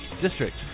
district